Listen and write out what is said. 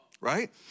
right